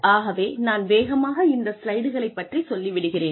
ஆகவே நான் வேகமாக இந்த ஸ்லைடுகளை பற்றிச் சொல்லி விடுகிறேன்